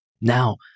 Now